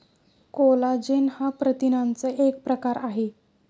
collagen हा प्रथिनांचा एक प्रकार आहे